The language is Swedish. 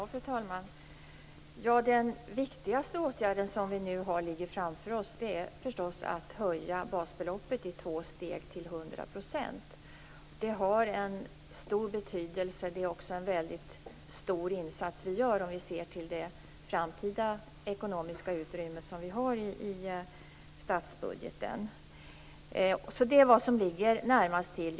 Fru talman! Den viktigaste åtgärden som vi nu har liggande framför oss är förstås att höja basbeloppet i två steg till 100 %. Det har stor betydelse, och det är också en väldigt stor insats som vi gör om vi ser till det framtida ekonomiska utrymme som finns i statsbudgeten. Detta är alltså vad som ligger närmast till.